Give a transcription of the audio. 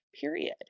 period